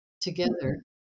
together